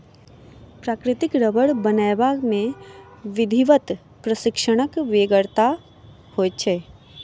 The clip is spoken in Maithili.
प्राकृतिक रबर बनयबा मे विधिवत प्रशिक्षणक बेगरता होइत छै